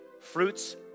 fruits